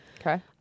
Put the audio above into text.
Okay